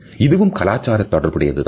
இதுவும் கலாச்சாரம் தொடர்புடையது தான்